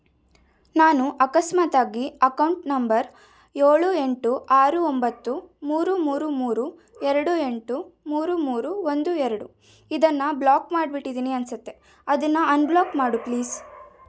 ನಾನು ಅಕಸ್ಮಾತಾಗಿ account number ಏಳು ಎಂಟು ಆರು ಒಂಬತ್ತು ಮೂರು ಮೂರು ಮೂರು ಎರಡು ಎಂಟು ಮೂರು ಮೂರು ಒಂದು ಎರಡು ಇದನ್ನು ಬ್ಲಾಕ್ ಮಾಡ್ಬಿಟ್ಟಿದ್ದೀನಿ ಅನಿಸತ್ತೆ ಅದನ್ನು ಅನ್ಬ್ಲಾಕ್ ಮಾಡು ಪ್ಲೀಸ್